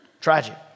Tragic